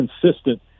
consistent